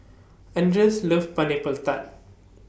Andres loves Pineapple Tart